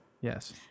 Yes